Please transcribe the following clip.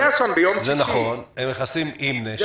הם נכנסים עם נשק, נכון.